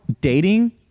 dating